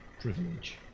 privilege